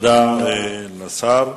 תודה לשר.